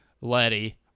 Letty